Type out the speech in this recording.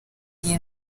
iyi